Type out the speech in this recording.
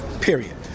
period